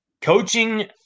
coaching